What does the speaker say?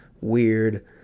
weird